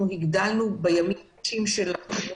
אנחנו הגדלנו בימים ה- -- של השנה